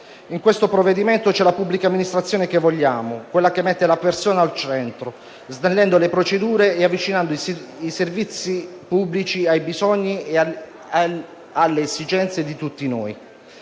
In questo provvedimento c'è la pubblica amministrazione che vogliamo, quella che mette al centro la persona, snellendo le procedure e avvicinando i servizi pubblici ai bisogni e alle esigenze di tutti noi.